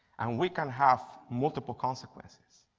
and we can have multiple consequences.